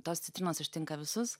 tos citrinos ištinka visus